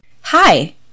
Hi